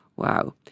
Wow